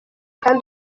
kandi